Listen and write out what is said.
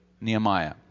Nehemiah